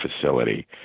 facility